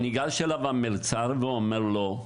וניגש אליו מלצר שאמר לו,